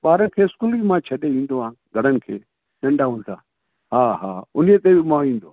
ॿार खे स्कूल बि मां छॾे ईंदो आहियां घणनि खे नंढा हूंदा हा हा उन्हीअ ते बि मां ईंदो आहियां